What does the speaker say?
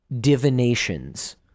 divinations